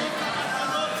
הזכות להיבחר),